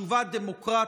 תשובה דמוקרטית,